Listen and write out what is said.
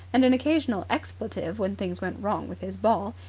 and an occasional expletive when things went wrong with his ball,